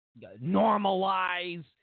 normalize